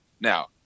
now